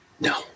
No